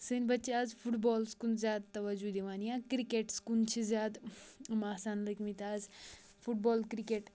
سٲنۍ بَچہِ آز فُٹ بالس کُن زیادٕ تَوَجوٗ دِوان یا کِرکَٹس کُن چھِ زیادٕ یِم آسان لٔگۍ مٕتۍ آز فُٹ بال کِرکَٹ